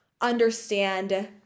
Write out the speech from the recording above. understand